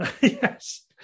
Yes